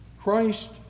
Christ